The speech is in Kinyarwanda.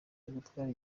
ugutwara